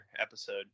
episode